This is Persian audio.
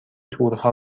تورها